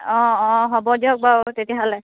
অঁ অঁ হ'ব দিয়ক বাৰু তেতিয়াহ'লে